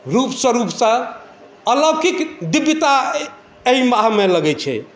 रूप स्वरूपसँ अलौकिक दिव्यता एहि माहमे लगै छै